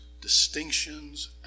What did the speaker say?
distinctions